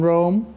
Rome